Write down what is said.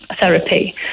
therapy